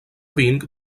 vinc